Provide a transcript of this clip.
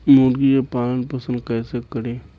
मुर्गी के पालन पोषण कैसे करी?